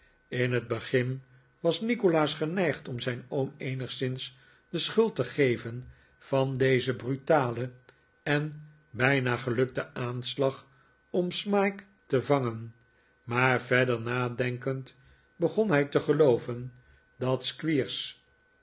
in het begin was nikolaas geneigd om zijn oom eenigszins de schuld te geven van dezen brutalen en bijna gelukten aanslag om smike te vangen maar verder nadenkend begon hij te gelooven dat